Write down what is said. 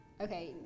Okay